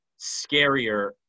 scarier